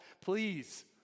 Please